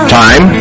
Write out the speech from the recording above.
time